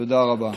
תודה רבה.